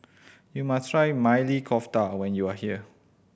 you must try Maili Kofta when you are here